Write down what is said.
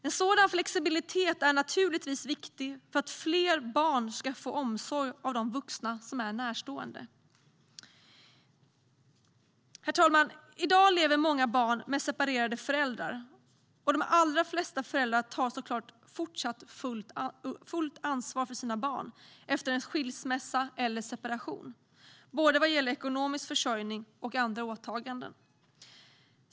En sådan flexibilitet är naturligtvis viktig för att fler barn ska få omsorg av närstående vuxna. Herr talman! I dag lever många barn med separerade föräldrar. De allra flesta föräldrarna fortsätter såklart att ta fullt ansvar för sina barn efter en skilsmässa eller en separation vad gäller både ekonomisk försörjning och andra åtaganden.